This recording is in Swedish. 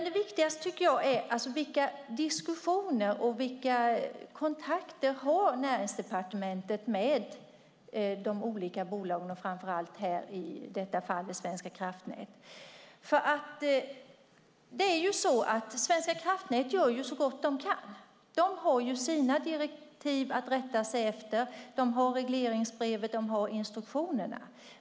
Det viktigaste tycker jag ändå är vilka diskussioner och kontakter Näringsdepartementet har med de olika bolagen och framför allt, i detta fall, med Svenska kraftnät. Svenska kraftnät gör så gott de kan. De har sina direktiv, regleringsbrev och instruktioner att rätta sig efter.